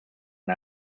and